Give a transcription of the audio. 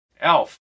Elf